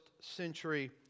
century